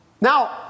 Now